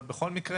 אבל בכל מקרה